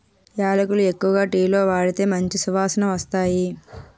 యాలకులు ఎక్కువగా టీలో వాడితే మంచి సువాసనొస్తాయి